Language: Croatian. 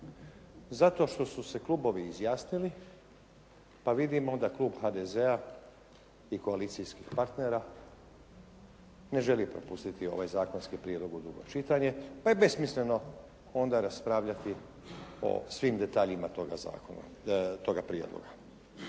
zato što su se klubovi izjasnili pa vidimo onda Klub HDZ-a i koalicijskih partnera ne želi propustiti ovaj zakonski prijedlog u drugo čitanje pa je besmisleno onda raspravljati o svim detaljima toga zakona,